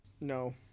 No